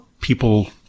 people